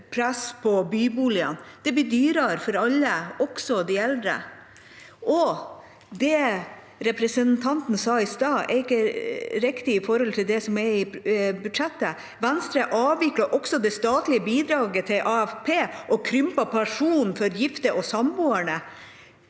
press på byboligene. Det blir dyrere for alle, også de eldre. Det representanten sa i stad, er ikke riktig sett opp mot det som står i budsjettet. Venstre avvikler også det statlige bidraget til AFP og krymper pensjonen for gifte og samboende.